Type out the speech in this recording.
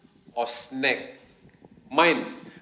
or snack mine